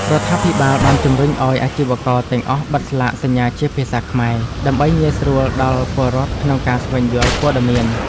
រដ្ឋាភិបាលបានជម្រុញឱ្យអាជីវករទាំងអស់បិទស្លាកសញ្ញាជាភាសាខ្មែរ ដើម្បីងាយស្រួលដល់ពលរដ្ឋក្នុងការស្វែងយល់ព័ត៌មាន។